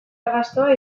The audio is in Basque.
arrastoa